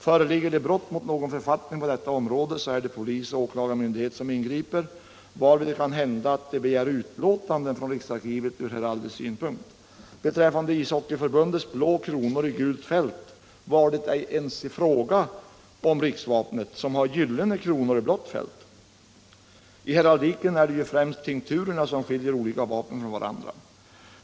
Föreligger det brott mot någon författning på detta område, så är det polis och åklagarmyndighet som ingriper, varvid det kan hända att de begär utlåtande från riksarkivet ur heraldisk synpunkt. Vad beträffar Ishockeyförbundets blå kronor i gult fält var detta ej ens fråga om riksvapnet, som har gyllene kronor i blått fält. I heraldiken är det ju främst tinkturerna som skiljer olika vapen från varandra.